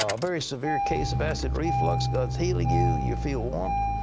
um very severe case of acid reflux. god's healing you. you'll feel warmth.